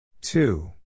Two